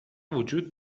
وجود